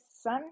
sun